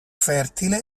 fertile